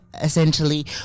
essentially